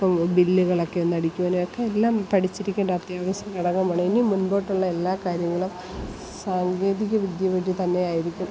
ഇപ്പം ബില്ലുകളൊക്കെ ഒന്ന് അടിക്കുവാനും ഒക്കെ എല്ലാം പഠിച്ചിരിക്കേണ്ടത് അത്യാവശ്യ ഘടകമാണ് ഇനി മുൻപോട്ടുള്ള എല്ലാ കാര്യങ്ങളും സാങ്കേതിക വിദ്യ വഴി തന്നെ ആയിരിക്കും